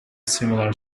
similar